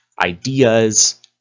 ideas